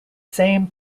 same